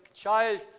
child